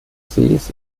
sees